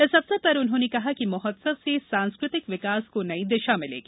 इस अवसर पर उन्होंने कहा कि महोत्सव से सांस्कृतिक विकास को नई दिशा मिलेगी